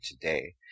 today